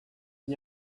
n’y